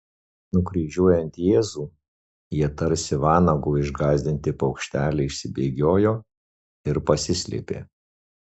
nukryžiuojant jėzų jie tarsi vanago išgąsdinti paukšteliai išsibėgiojo ir pasislėpė